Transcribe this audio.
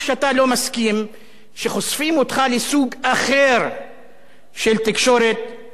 כשחושפים אותך לסוג אחר של תקשורת ושל מדיה.